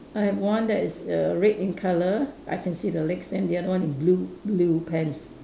I have one that is err red in color I can see the legs then the other one in blue blue pants